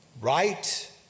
Right